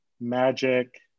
Magic